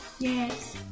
Yes